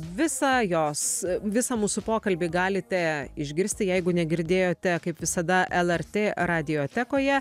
visą jos visą mūsų pokalbį galite išgirsti jeigu negirdėjote kaip visada lrt radiotekoje